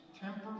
temper